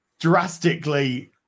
drastically